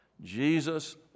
Jesus